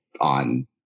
on